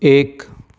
ایک